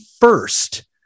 first